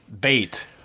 Bait